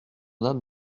dame